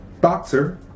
boxer